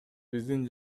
биздин